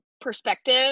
perspective